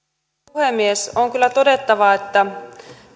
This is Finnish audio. puhemies on kyllä todettava että